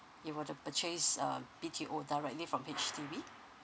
you were to purchase uh B_T_O directly from H_D_B